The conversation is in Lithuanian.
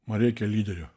man reikia lyderio